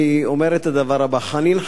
אני אומר את הדבר הבא: חנין,